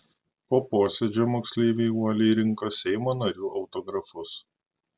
po posėdžio moksleiviai uoliai rinko seimo narių autografus